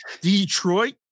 Detroit